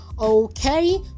Okay